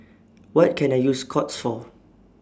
What Can I use Scott's For